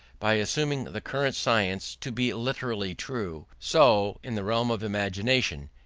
by assuming the current science to be literally true, so, in the realm of imagination,